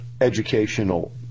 educational